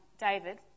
David